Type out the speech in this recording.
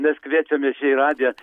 mes kviečiamės čia į radiją